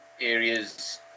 areas